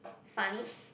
funny